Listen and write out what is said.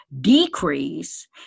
decrease